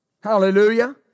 Hallelujah